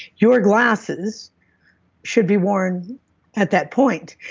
your glasses should be worn at that point.